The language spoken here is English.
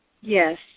Yes